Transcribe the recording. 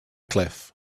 cliff